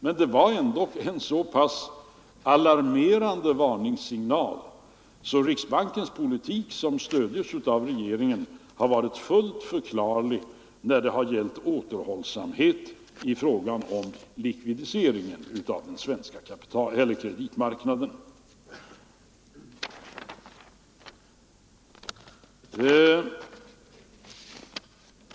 Men det var ändock en så pass alarmerande varningssignal att riksbankens politik, som stöds av regeringen, har varit fullt förklarlig när det har gällt återhållsamhet i fråga om likvidiseringen av den svenska kreditmarknaden.